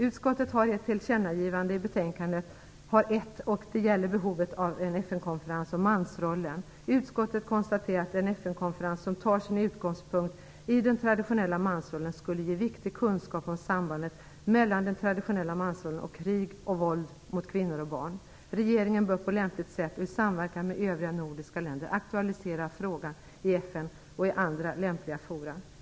Utskottet gör ett tillkännagivande i betänkandet, och det gäller behovet av en FN konferens om mansrollen. Utskottet konstaterar att en FN-konferens som tar sin utgångspunkt i den traditionella mansrollen skulle ge viktig kunskap om sambandet mellan den traditionella mansrollen och krig och våld mot kvinnor och barn. Regeringen bör på lämpligt sätt och i samverkan med övriga nordiska länder aktualisera frågan i FN och i andra lämpliga forum.